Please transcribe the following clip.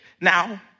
now